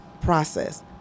process